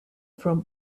from